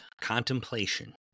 contemplation